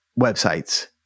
websites